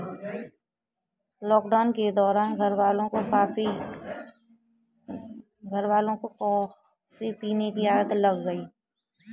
lockdown के दौरान घरवालों को कॉफी पीने की आदत लग गई